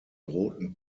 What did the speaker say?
drohten